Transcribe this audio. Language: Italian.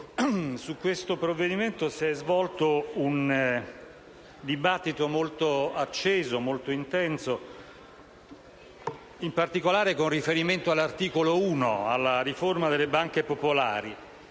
su questo provvedimento si è svolto un dibattito molto acceso e molto intenso, in particolare con riferimento all'articolo 1, relativo alla riforma della banche popolari;